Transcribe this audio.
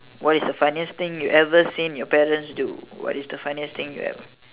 what is the funniest thing you ever seen your parents do what is the funniest thing you ever